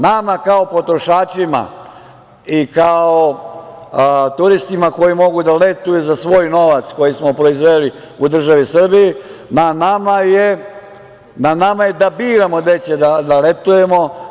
Nama kao potrošačima i kao turistima koji mogu da letuju za svoj novac koji smo proizveli u državi Srbiji na nama je da biramo gde ćemo da letujemo.